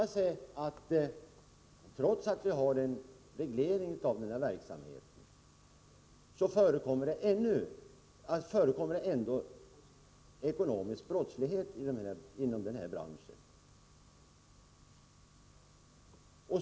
Trots att vi har en reglering av verksamheten förekommer det — har det visat sig— ekonomisk brottslighet inom branschen.